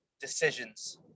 decisions